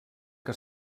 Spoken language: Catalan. que